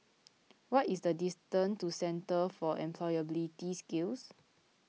what is the distance to Centre for Employability Skills